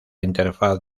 interfaz